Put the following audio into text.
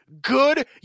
good